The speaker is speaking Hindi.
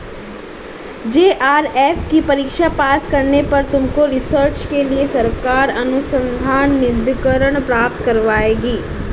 जे.आर.एफ की परीक्षा पास करने पर तुमको रिसर्च के लिए सरकार अनुसंधान निधिकरण प्राप्त करवाएगी